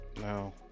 No